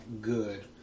good